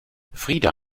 frida